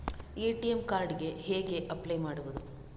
ATM card ಗೆ ಹೇಗೆ apply ಮಾಡುವುದು?